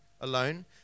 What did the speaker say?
alone